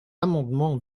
amendement